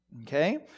Okay